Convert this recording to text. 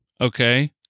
okay